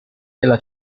della